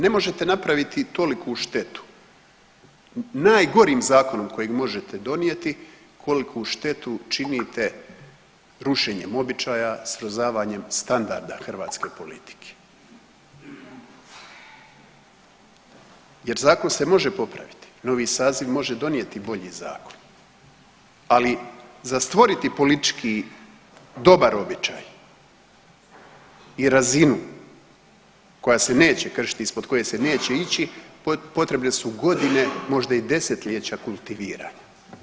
Ne možete napraviti toliku štetu najgorim zakonom kojeg možete donijeti koliku štetu činite rušenjem običaja srozavanjem standarda hrvatske politike jer zakon se može popraviti, novi saziv može donijeti bolji zakon, ali za stvoriti politički dobar običaj i razinu koja se neće kršiti i ispod koje se neće ići potrebne su godine, možda i 10-ljeća kultiviranja.